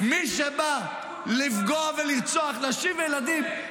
מי שבא לפגוע ולרצוח נשים וילדים,